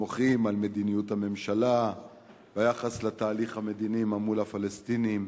המוחים על מדיניות הממשלה ביחס לתהליך המדיני מול הפלסטינים,